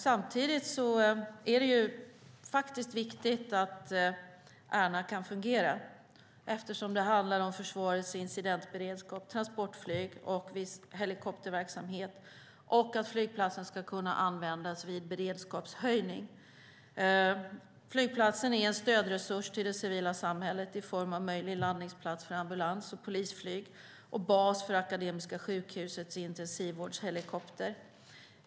Samtidigt är det viktigt att Ärna kan fungera, eftersom det handlar om försvarets incidentberedskap, transportflyg och helikopterverksamhet samt att flygplatsen ska kunna användas vid beredskapshöjning. Flygplatsen är en stödresurs till det civila samhället i form av möjlig landningsplats för ambulans och polisflyg och bas för Akademiska sjukhusets intensivvårdshelikopter.